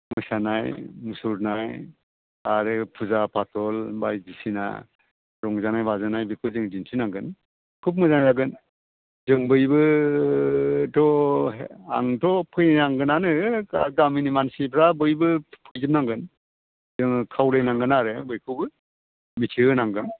मोसानाय मुसुरनाय आरो फुजा फाथल बायदिसिना रंजानाय बाजानाय बेखौ जोङो दिन्थिनांगोन खुब मोजां जागोन जों बयबोथ' आंथ' फैनांगोनानो गामिनि मानसिफ्रा बयबो फैजोबनांगोन जोङो खावलायनांगोन आरो बयखौबो मिथिहोनांगोन